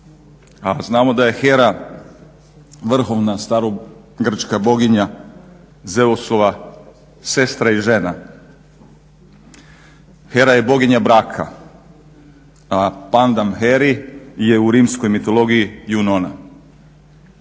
znamo da je HERA vrhovna starogrčka boginja Zeusova sestra i žena. Hera je boginja braka, a pandan Heri je u rimskoj mitologiji Junona.